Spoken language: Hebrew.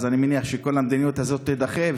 אני מניח שכל המדיניות הזאת תידחה,